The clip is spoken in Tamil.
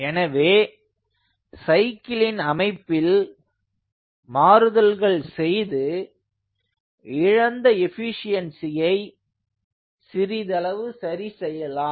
எனவே சைக்கிளின் அமைப்பில் மாறுதல்கள் செய்து இழந்த எஃபீஷியன்ஸியை சிறிதளவு சரி செய்யலாம்